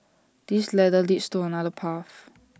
this ladder leads to another path